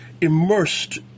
immersed